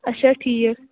اچھا ٹھیٖک